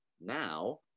now